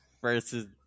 Versus